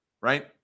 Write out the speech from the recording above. right